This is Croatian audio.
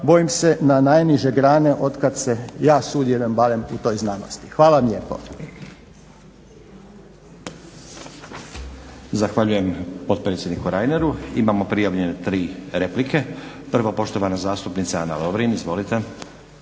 bojim se na najniže grane od kad se ja, sudjelujem, bavim u toj znanosti. Hvala vam lijepo.